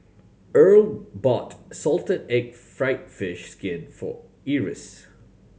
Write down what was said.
Earl bought salted egg fried fish skin for Eris